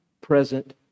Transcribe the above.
present